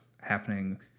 happening